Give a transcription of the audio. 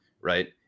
right